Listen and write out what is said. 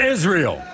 Israel